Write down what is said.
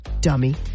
dummy